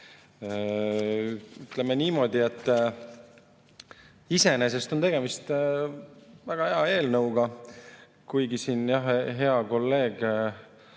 Ütleme niimoodi, et iseenesest on tegemist väga hea eelnõuga. Kuigi siin, jah, hea kolleeg